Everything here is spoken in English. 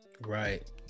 Right